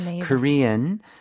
Korean